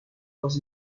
was